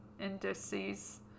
indices